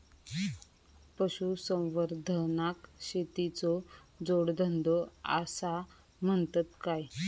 पशुसंवर्धनाक शेतीचो जोडधंदो आसा म्हणतत काय?